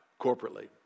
corporately